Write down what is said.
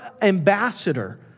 ambassador